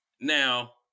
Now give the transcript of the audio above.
Now